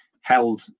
held